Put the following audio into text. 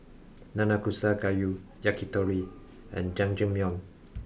Nanakusa Gayu Yakitori and Jajangmyeon